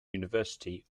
university